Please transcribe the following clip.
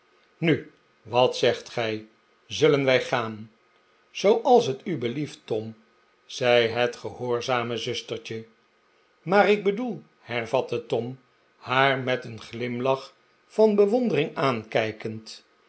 nu wat zegt gij zullen wij gaan zooals het u belieft tom zei het gehoorzame zustertje maar ik bedoel hervatte tom haar met een glimlach van bewondering aankijkend